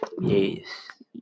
Yes